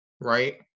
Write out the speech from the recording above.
Right